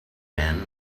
men